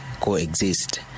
Coexist